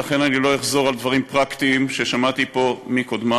ולכן אני לא אחזור על דברים פרקטיים ששמעתי פה מקודמי,